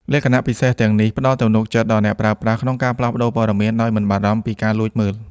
លក្ខណៈពិសេសទាំងនេះផ្តល់ទំនុកចិត្តដល់អ្នកប្រើប្រាស់ក្នុងការផ្លាស់ប្តូរព័ត៌មានដោយមិនបារម្ភពីការលួចមើល។